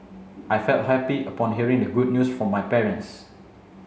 I felt happy upon hearing the good news from my parents